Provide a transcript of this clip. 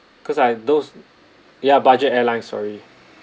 cause I those ya budget airline sorry